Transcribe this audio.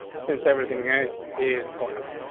since everything is is collapsed,